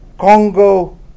Congo